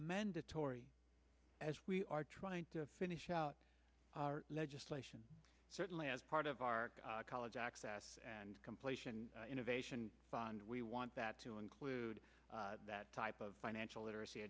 a mandatory as we are trying to finish out our legislation certainly as part of our college access and completion innovation and we want that to include that type of financial literacy